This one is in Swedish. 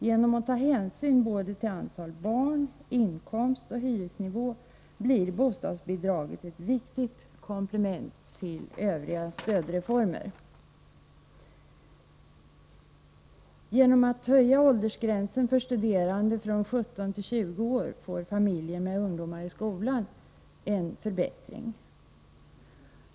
Genom att ta hänsyn både till antal barn, inkomst och hyresnivå blir bostadsbidraget ett viktigt komplement till övriga stödreformer. Genom att höja åldersgränsen för studerande från 17 till 20 år får familjer med ungdomar i skolan en förbättring.